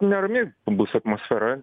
nerami bus atmosfera